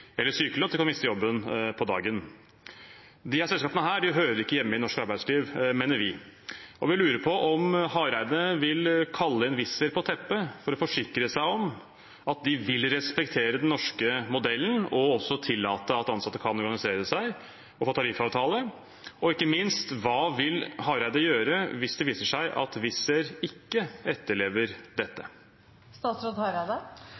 eller sykelønn. Man kan miste jobben på dagen. Disse selskapene hører ikke hjemme i det norske arbeidslivet, mener vi, og vi lurer på om Hareide vil kalle inn Wizz Air på teppet for å forsikre seg om at de vil respektere den norske modellen og også tillate at ansatte kan organisere seg og få tariffavtale. Og ikke minst: Hva vil statsråd Hareide gjøre hvis det viser seg at Wizz Air ikke etterlever